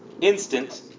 instant